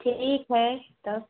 ठीक है तब